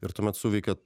ir tuomet suveikia